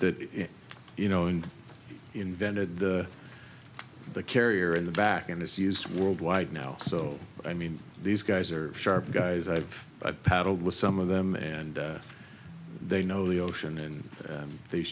it you know and invented the carrier in the back and it's used worldwide now so i mean these guys are sharp guys i've i paddled with some of them and they know the ocean and they